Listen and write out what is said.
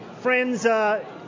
Friends